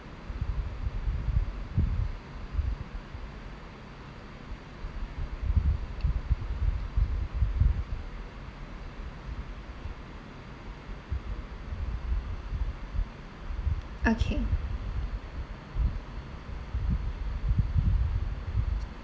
okay